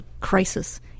crisis